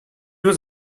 was